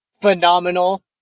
phenomenal